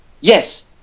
Yes